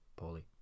Paulie